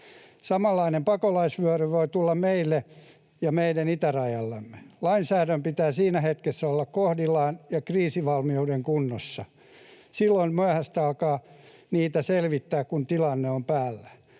Samanlainen pakolaisvyöry voi tulla meille ja meidän itärajallemme. Lainsäädännön pitää siinä hetkessä olla kohdillaan ja kriisivalmiuden kunnossa. Silloin on myöhäistä alkaa niitä selvittää, kun tilanne on päällä.